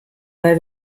weil